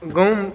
गाँवमे